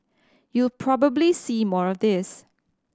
you'll probably see more of this